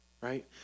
right